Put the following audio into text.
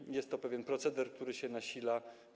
I jest to pewien proceder, który się nasila.